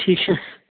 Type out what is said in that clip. ٹھیٖک چھا